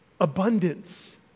abundance